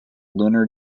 lunar